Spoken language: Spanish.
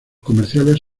comerciales